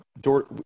door